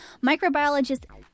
Microbiologist